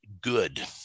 good